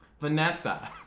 Vanessa